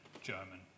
German